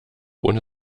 ohne